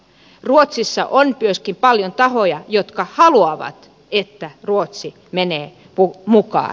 ruotsissa on myöskin paljon tahoja jotka haluavat että ruotsi menee mukaan